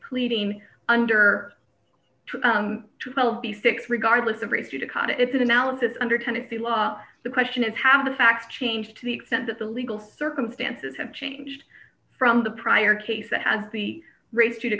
pleading under twelve b six regardless of race due to cut it's an analysis under tennessee law the question is have the facts changed to the extent that the legal circumstances have changed from the prior case that had the race to to